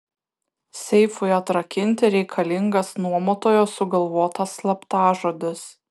seifui atrakinti reikalingas nuomotojo sugalvotas slaptažodis